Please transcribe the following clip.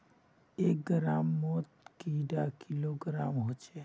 एक ग्राम मौत कैडा किलोग्राम होचे?